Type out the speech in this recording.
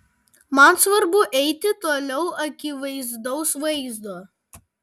man svarbu eiti toliau akivaizdaus vaizdo